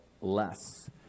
less